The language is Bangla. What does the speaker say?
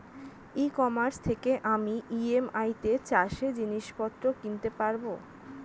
ই কমার্স থেকে আমি ই.এম.আই তে চাষে জিনিসপত্র কিনতে পারব?